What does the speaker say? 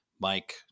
Mike